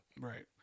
right